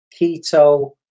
keto